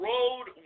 Road